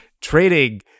Trading